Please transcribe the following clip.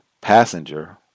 passenger